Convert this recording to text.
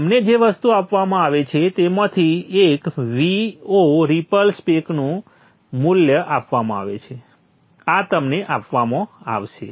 તમને જે વસ્તુ આપવામાં આવી છે તેમાંની એક Vo રિપલ સ્પેકનું મૂલ્ય આપવામાં આવેલ છે આ તમને આપવામાં આવશે